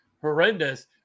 horrendous